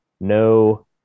no